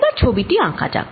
এবার ছবি টি আঁকা যাক